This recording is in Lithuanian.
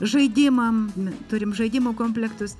žaidimam turim žaidimų komplektus